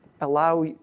allow